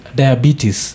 diabetes